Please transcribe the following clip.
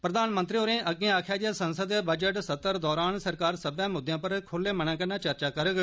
प्रधानमंत्री होरें अग्गै आक्खेया जे संसद दे बजट सत्र दौरान सरकार सब्बै मुद्दे पर खुल्लै मना कन्नै चर्चा करौग